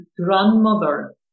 grandmother